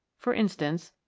for instance,